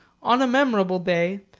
on a memorable day,